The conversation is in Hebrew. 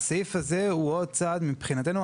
והסעיף הזה הוא עוד צעד מבחינתנו.